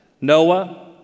Noah